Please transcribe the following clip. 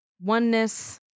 oneness